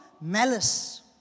malice